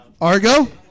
Argo